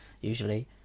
usually